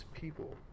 people